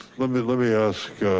let me let me ask.